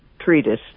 treatise